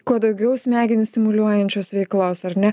kuo daugiau smegenis stimuliuojančios veiklos ar ne